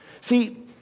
See